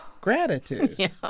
gratitude